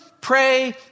pray